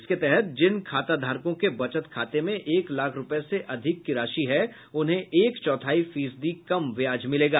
इसके तहत जिन खाताधारकों के बचत खाते में एक लाख रूपये से अधिक की राशि है उन्हें एक चौथाई फीसदी कम ब्याज मिलेगा